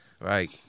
Right